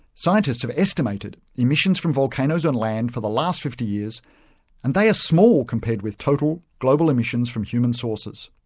scientists have estimated emissions from volcanoes on land for the last fifty years and they are small compared with total global emissions from human sources.